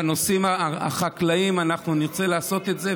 בנושאים החקלאיים אנחנו נרצה לעשות את זה,